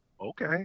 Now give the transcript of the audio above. okay